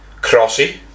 Crossy